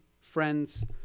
friends